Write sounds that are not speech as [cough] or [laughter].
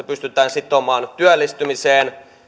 [unintelligible] pystytään sitomaan työllistymiseen